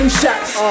shots